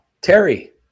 Terry